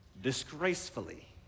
Disgracefully